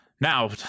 Now